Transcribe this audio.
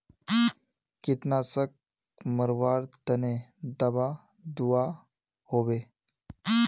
कीटनाशक मरवार तने दाबा दुआहोबे?